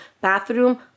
bathroom